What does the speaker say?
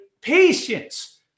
patience